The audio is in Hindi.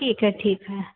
ठीक है ठीक है